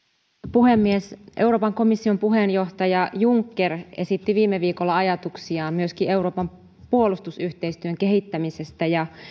puhemies euroopan komission puheenjohtaja juncker esitti viime viikolla ajatuksiaan myöskin euroopan puolustusyhteistyön kehittämisestä ja